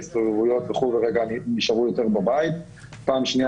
ההסתובבויות ונשארו יותר בבית; דבר שני,